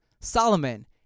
Solomon